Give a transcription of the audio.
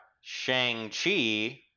Shang-Chi